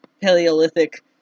paleolithic